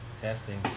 testing